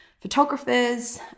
photographers